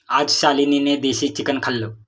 आज शालिनीने देशी चिकन खाल्लं